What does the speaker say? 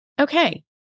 Okay